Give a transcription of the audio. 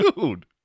dude